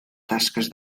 tasques